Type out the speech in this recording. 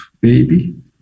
baby